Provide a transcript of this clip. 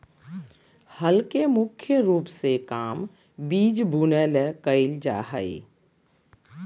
हल के मुख्य रूप से काम बिज बुने ले कयल जा हइ